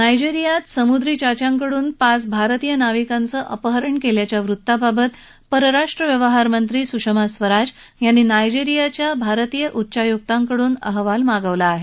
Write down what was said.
नायजेरियात समुद्र चाच्यांकडून पाच भारतीय नाविकांचं अपहरण केल्याच्या वृत्ताबाबत परराष्ट्र व्यवहारमंत्री सुषमा स्वराज यांनी नायजेरिया शिल्या भारतीय उच्चायुक्तांकडून अहवाल मागवला आहे